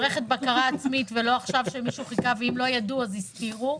מערכת בקרה עצמית ולא עכשיו שמישהו חיכה ואם לא ידעו אז הזכירו.